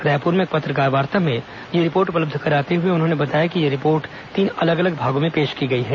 रायपुर में एक पत्रकारवार्ता में यह रिपोर्ट उपलब्ध कराते हुए उन्होंने बताया कि यह रिपोर्ट तीन अलग अलग भागों में पेश की गई है